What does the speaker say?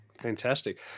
Fantastic